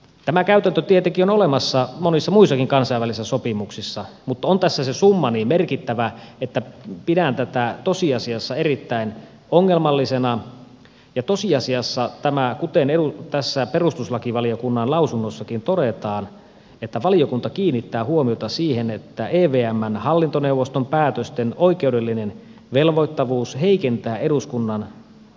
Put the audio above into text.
tämä käytäntö tietenkin on olemassa monissa muissakin kansainvälisissä sopimuksissa mutta on tässä se summa niin merkittävä että pidän tätä tosiasiassa erittäin ongelmallisena ja tosiasiassa tämä kuten tässä perustuslakivaliokunnan lausunnossakin todetaan että valiokunta kiinnittää huomiota siihen evmn hallintoneuvoston päätösten oikeudellinen velvoittavuus heikentää eduskunnan tosiasiallista vaikutusmahdollisuutta